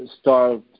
start